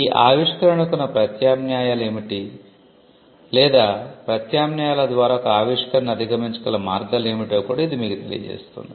ఈ ఆవిష్కరణకున్న ప్రత్యామ్నాయాలు ఏమిటి లేదా ప్రత్యామ్నాయాల ద్వారా ఒక ఆవిష్కరణను అధిగమించగల మార్గాలు ఏమిటో కూడా ఇది మీకు తెలియజేస్తుంది